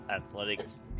athletics